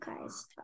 guys